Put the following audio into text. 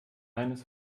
eines